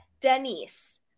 Denise